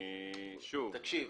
תקשיב,